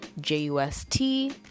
j-u-s-t